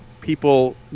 people